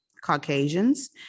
Caucasians